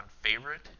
favorite